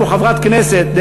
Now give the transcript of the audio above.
יש פה חברת כנסת,